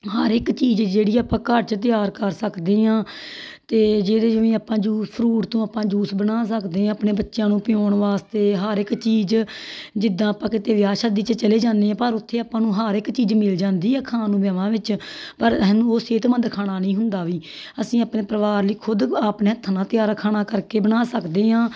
ਹਰ ਇੱਕ ਚੀਜ਼ ਜਿਹੜੀ ਆਪਾਂ ਘਰ 'ਚ ਤਿਆਰ ਕਰ ਸਕਦੇ ਹਾਂ ਅਤੇ ਜਿਹੜੇ ਜਿਵੇਂ ਆਪਾਂ ਜੂਸ ਫਰੂਟ ਤੋਂ ਆਪਾਂ ਜੂਸ ਬਣਾ ਸਕਦੇ ਹਾਂ ਆਪਣੇ ਬੱਚਿਆਂ ਨੂੰ ਪਿਆਉਣ ਵਾਸਤੇ ਹਰ ਇੱਕ ਚੀਜ਼ ਜਿੱਦਾਂ ਆਪਾਂ ਕਿਤੇ ਵਿਆਹ ਸ਼ਾਦੀ 'ਚ ਚਲੇ ਜਾਂਦੇ ਹਾਂ ਪਰ ਉੱਥੇ ਆਪਾਂ ਨੂੰ ਹਰ ਇੱਕ ਚੀਜ਼ ਮਿਲ ਜਾਂਦੀ ਆ ਖਾਣ ਨੂੰ ਵਿਆਹਵਾਂ ਵਿੱਚ ਪਰ ਸਾਨੂੰ ਉਹ ਸਿਹਤਮੰਦ ਖਾਣਾ ਨਹੀਂ ਹੁੰਦਾ ਵੀ ਅਸੀਂ ਆਪਣੇ ਪਰਿਵਾਰ ਲਈ ਖੁਦ ਆਪਣੇ ਹੱਥਾਂ ਨਾਲ ਤਿਆਰ ਖਾਣਾ ਕਰਕੇ ਬਣਾ ਸਕਦੇ ਹਾਂ